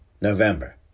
November